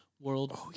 World